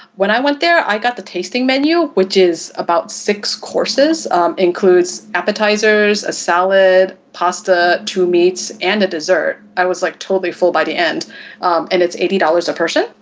when i went there, i got the tasting menu which is about six courses includes appetizers, salad, pasta, stew meats and a dessert. i was like totally full by the end and it's eighty dollars a person.